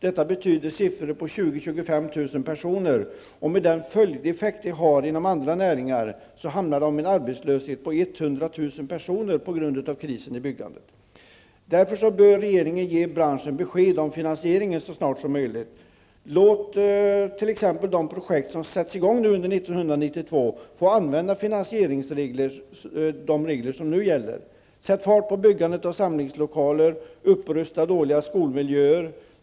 Detta betyder 20 000-- 25 000 personer, och med den följdeffekt det har inom andra näringar kommer 100 000 personer att vara arbetslösa på grund av krisen i byggandet. Därför bör regeringen ge branschen besked om finansieringen så snart som möjligt. Låt t.ex. de projekt som sätts i gång under 1992 gå med de finansieringsregler som nu gäller! Sätt fart på byggandet av samlingslokaler! Upprusta dåliga skolmiljöer!